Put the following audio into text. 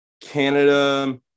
Canada